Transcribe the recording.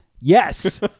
yes